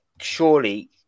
surely